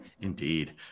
Indeed